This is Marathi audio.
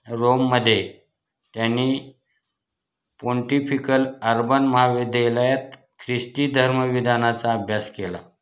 रोममध्ये त्यांनी पोंटिफिकल अर्बन महाविद्यालयात ख्रिस्टी धर्मविधानाचा अभ्यास केला